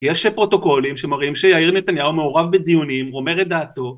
יש פרוטוקולים שמראים שיאיר נתניהו מעורב בדיונים, הוא אומר את דעתו